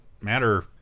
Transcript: matter